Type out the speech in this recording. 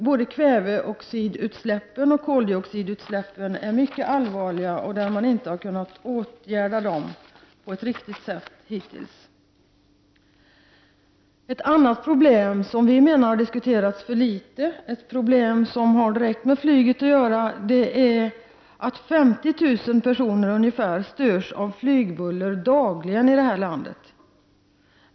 Både kväveoxidutsläppen och koldioxidutsläppen är samtidigt mycket allvarliga och har hittills inte kunnat åtgärdas på ett riktigt sätt. Ett annat problem som har med flyget att göra och som enligt vpk har diskuterats alldeles för litet är det förhållandet att ungefär 50 000 personer i detta land dagligen störs av flygbuller.